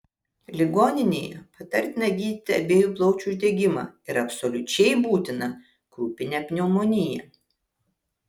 ligoninėje patartina gydyti abiejų plaučių uždegimą ir absoliučiai būtina krupinę pneumoniją